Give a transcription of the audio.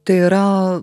tai yra